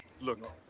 Look